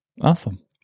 Awesome